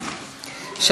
לנדבר.